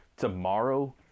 tomorrow